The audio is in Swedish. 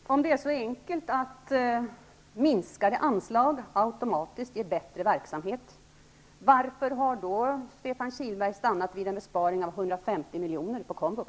Herr talman! Om det är så enkelt att minskade anslag automatiskt ger bättre verksamhet, varför har Stefan Kihlberg stannat vid en besparing till ett belopp av 150 milj.kr. på komvux?